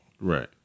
right